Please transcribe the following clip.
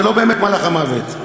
זה לא באמת מלאך המוות.